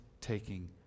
taking